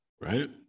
right